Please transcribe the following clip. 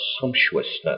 sumptuousness